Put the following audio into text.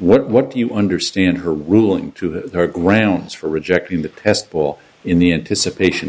what do you understand her ruling to her grounds for rejecting the test ball in the anticipation